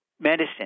Medicine